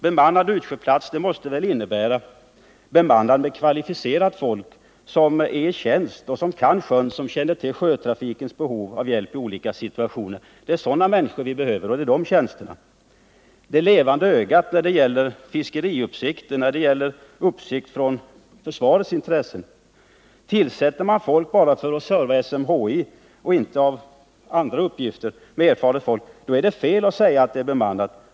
Bemannad utsjöplats måste väl innebära att fyren är bemannad med kvalificerat folk som är i tjänst, som kan sjön och känner till sjötrafikens behov av hjälp i olika situationer. Det är sådana människor vi behöver till dessa tjänster, ty de är det levande ögat när det gäller fiskeriuppsikten, när det gäller uppsikten för att tillvarata försvarets intressen. Om man tillsätter folk bara för att serva SMHI och alltså inte tar hänsyn till att det av andra skäl krävs erfaret folk, då är det fel att säga att det är bemannat.